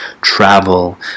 travel